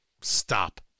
Stop